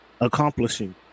accomplishing